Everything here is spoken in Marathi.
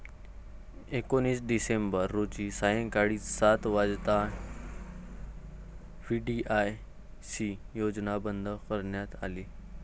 एकोणीस डिसेंबर रोजी सायंकाळी सात वाजता व्ही.डी.आय.सी योजना बंद करण्यात आली